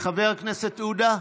חבר הכנסת עודה,